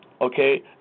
okay